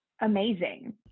Amazing